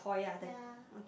ya